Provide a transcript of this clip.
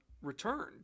returned